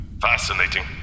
Fascinating